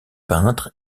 peintres